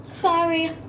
Sorry